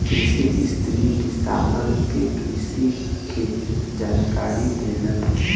कृषिशास्त्री किसानन के कृषि के जानकारी देलन